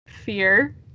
fear